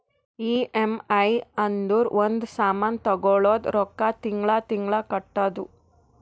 EMI ಅಂದುರ್ ಒಂದ್ ಸಾಮಾನ್ ತಗೊಳದು ರೊಕ್ಕಾ ತಿಂಗಳಾ ತಿಂಗಳಾ ಕಟ್ಟದು